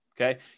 okay